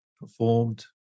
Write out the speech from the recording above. performed